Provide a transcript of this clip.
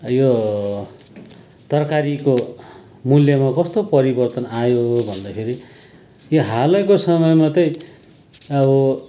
यो तरकारीको मूल्यमा कस्तो परिवर्तन आयो भन्दाखेरि यो हालैको समयमा चाहिँ अब